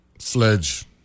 Sledge